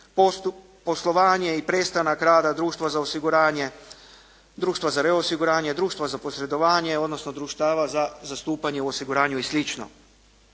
poslovanje i prestanak rada društva za osiguranje, društva za reosiguranje, društva za posredovanje, odnosno društava za zastupanje u osiguranju i